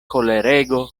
kolerego